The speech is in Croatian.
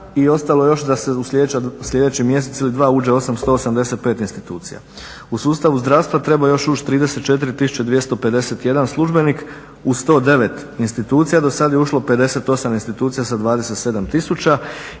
i ostalo je još da se u sljedeći mjesec ili dva uđe 885 institucija. U sustavu zdravstva treba još ući 34 251 službenik u 109 institucija, a dosad je ušlo 58 institucija sa 27 000.